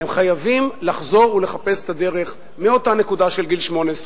הם חייבים לחזור ולחפש את הדרך מאותה נקודה של גיל 18,